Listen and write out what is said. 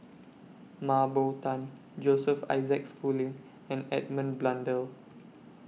Mah Bow Tan Joseph Isaac Schooling and Edmund Blundell